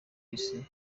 isi